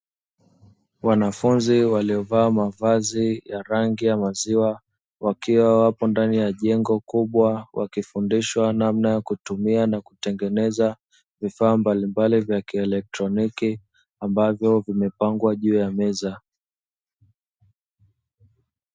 Wanafunzi waliovaa mavazi ya rangi ya maziwa, wakiwa wako ndani ya jengo kubwa wakifundishwa namna ya kutumia na kutengeneza vifaa mbalimbali vya kieletroniki, ambavyo vimepangwa juu ya meza.